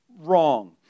wrong